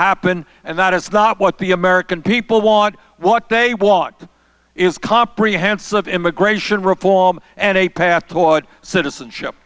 happen and that is not what the american people want what they want is comprehensive immigration reform and a path toward citizenship